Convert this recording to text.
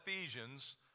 Ephesians